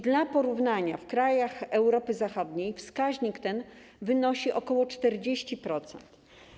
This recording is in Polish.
Dla porównania w krajach Europy Zachodniej wskaźnik ten wynosi ok. 40%.